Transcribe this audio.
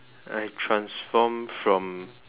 I transform from